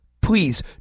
Please